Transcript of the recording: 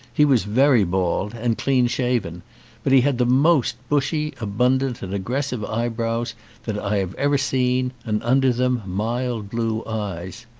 he was very bald, and clean-shaven but he had the most bushy, abun dant, and aggressive eyebrows that i have ever seen, and under them mild blue eyes.